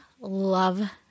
love